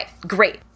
great